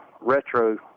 retro